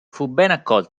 pubblico